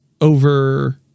Over